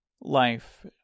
life